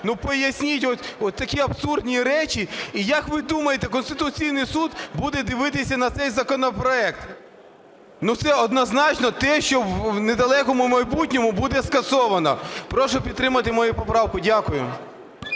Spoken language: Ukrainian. Поясніть от такі абсурдні речі. І як, ви думаєте, Конституційний Суд буде дивитися на цей законопроект? Це однозначно те, що в недалекому майбутньому буде скасовано. Прошу підтримати мою поправку. Дякую.